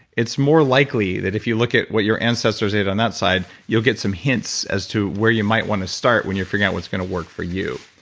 it's more likely that if you look at what your ancestors ate on that side, you'll get some hints as to where you might want to start when you're figuring out what's going to work for you.